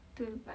true